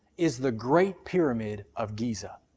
is the great pyramid of giza.